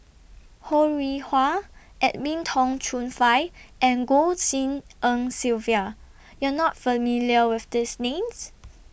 Ho Rih Hwa Edwin Tong Chun Fai and Goh Tshin En Sylvia YOU Are not familiar with These Names